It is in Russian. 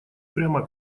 прямо